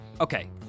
Okay